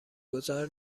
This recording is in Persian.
گذار